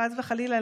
חס וחלילה,